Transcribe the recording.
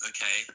Okay